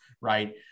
right